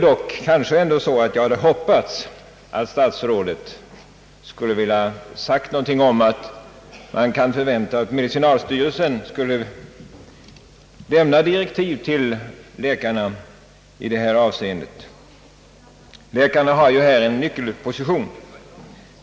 Jag hade dock hoppats att statsrådet skulle vilja säga något om att man kan förvänta att medicinalstyrelsen skulle lämna direktiv till läkarna i detta avseende. Dessa har ju en nyckelposition.